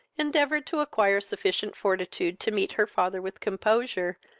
endeavoured to acquire sufficient fortitude to meet her father with composure,